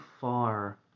far